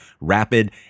rapid